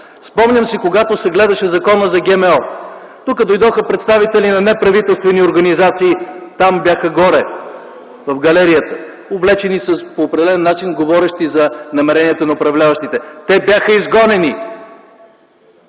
Спомням си, когато се гледаше Законът за генномодифицирани организми, тук дойдоха представители на неправителствени организации и бяха горе, в галерията, облечени по определен начин, говорещ за намеренията на управляващите. Те бяха изгонени.